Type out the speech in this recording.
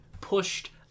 pushed